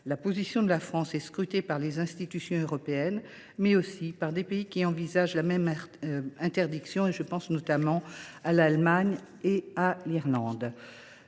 La position de la France est scrutée par les institutions européennes, mais aussi par des pays qui envisagent la même interdiction – je pense notamment à l’Allemagne et à l’Irlande.